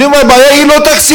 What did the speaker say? אני אומר: הבעיה היא לא תקציבית,